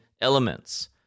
elements